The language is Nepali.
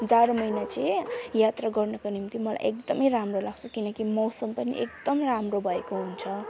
जारो महिना चाहिँ यात्रा गर्नुको निम्ति मलाई एकदमै राम्रो लाग्छ किनकि मौसम पनि एकदम राम्रो भएको हुन्छ